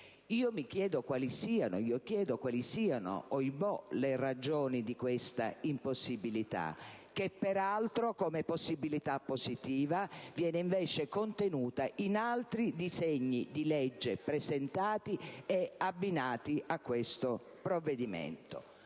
del 2003 impone), io chiedo quali siano - ohibò! - le ragioni di questa impossibilità, che peraltro, come possibilità positiva, viene invece prevista in altri disegni di legge presentati e abbinati a questo provvedimento.